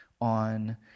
on